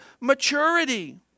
maturity